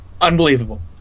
Unbelievable